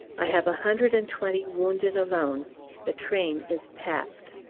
i have a hundred and twenty wounded alone the train is packed.